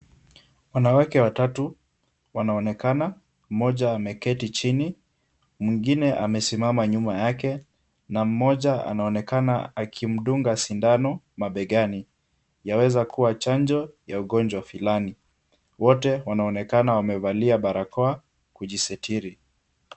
Wanawake watatu wanaonekana, mmoja ameketi chini, mwingine amesimama nyuma yake na mmoja anaonekana akimdunga sindano mabegani, yaweza kuwa chanjo ya ugonjwa fulani, wote wanaonekana wamevalia barakoa kujisitiri.